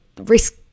risk